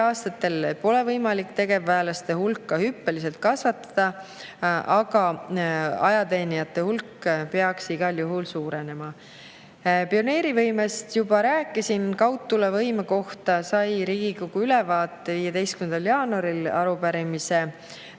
Lähiaastatel pole võimalik tegevväelaste hulka hüppeliselt kasvatada, aga ajateenijate hulk peaks igal juhul suurenema. Pioneerivõimekusest ma juba rääkisin. Kaudtulevõimekuse kohta sai Riigikogu ülevaate 15. jaanuaril arupärimise